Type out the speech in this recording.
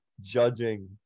judging